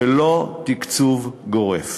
ולא תקצוב גורף.